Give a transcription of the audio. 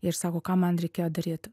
ir sako ką man reikėjo daryt